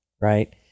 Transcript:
right